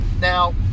Now